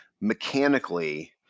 mechanically